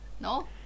No